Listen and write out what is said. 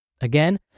Again